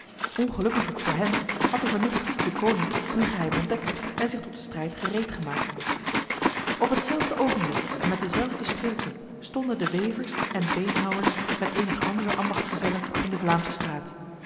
ongelukkiglijk voor hen had de vernuftige deconinck hun geheim ontdekt en zich tot de strijd gereedgemaakt op hetzelfde ogenblik en met dezelfde stilte stonden de wevers en beenhouwers met enige andere ambachtsgezellen in de vlaamsestraat